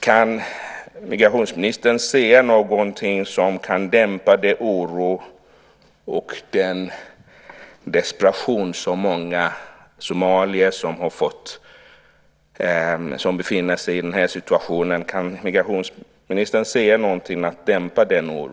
Kan migrationsministern säga någonting som kan dämpa den oro och den desperation som många somalier som befinner sig i den här situationen känner?